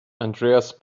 andreas